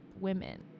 women